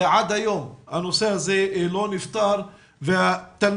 עד היום הנושא הזה לא נפתר והתלמידים